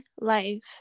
life